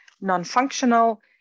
non-functional